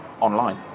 online